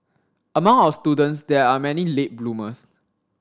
among our students there are many late bloomers